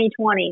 2020